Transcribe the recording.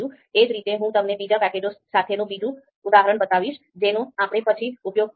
એ જ રીતે હું તમને બીજા પેકેજ સાથેનું બીજું ઉદાહરણ બતાવીશ જેનો આપણે પછી ઉપયોગ કરીશું